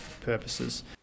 purposes